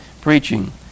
preaching